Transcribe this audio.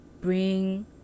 bring